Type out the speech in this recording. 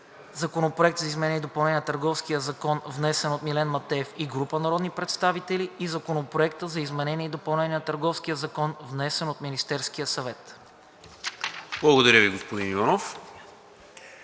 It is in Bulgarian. Законопроект за изменение и допълнение на Търговския закон, внесен от Милен Матеев и група народни представители; и Законопроект за изменение и допълнение на Търговския закон, внесен от Министерския съвет.“ ПРЕДСЕДАТЕЛ НИКОЛА